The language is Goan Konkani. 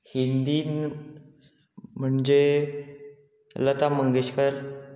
हिंदीन म्हणजे लता मंगेशकर